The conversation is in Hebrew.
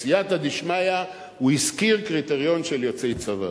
בסייעתא דשמיא הוא הזכיר קריטריון של יוצאי צבא